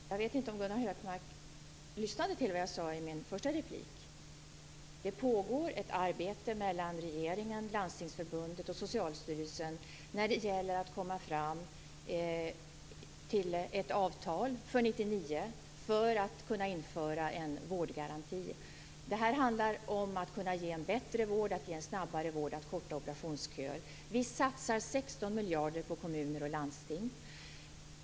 Fru talman! Jag vet inte om Gunnar Hökmark lyssnade till vad jag sade i min första replik. Det pågår ett arbete mellan regeringen, Landstingsförbundet och Socialstyrelsen för att komma fram till ett avtal för 1999 för att kunna införa en vårdgaranti. Det handlar om att kunna ge en bättre vård, en snabbare vård och korta operationsköer. Vi satsar 16 miljarder på kommuner och landsting.